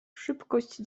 szybkość